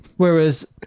Whereas